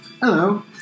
Hello